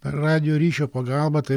radijo ryšio pagalba tai